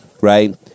Right